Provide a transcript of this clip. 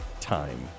time